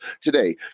Today